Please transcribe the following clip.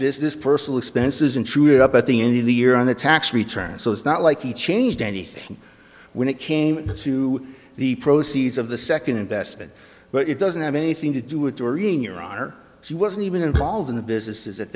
business personal expenses and threw it up at the end of the year on the tax return so it's not like he changed anything when it came to the proceeds of the second investment but it doesn't have anything to do with doreen your honor she wasn't even involved in the business at